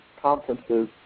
conferences